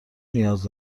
نیاز